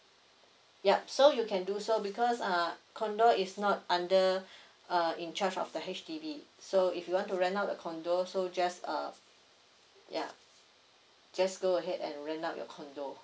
yup so you can do so because uh condo is not under uh in charge of the H_D_B so if you want to rent out your condo so just uh yup just go ahead and rent out your condo